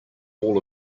all